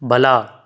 ಬಲ